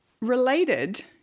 Related